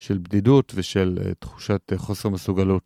של בדידות ושל תחושת חוסר מסוגלות.